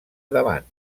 davant